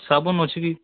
ଶାଗୁନ୍ ଅଛି କି